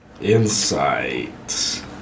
Insight